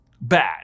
bad